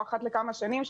או אחת לכמה שנים,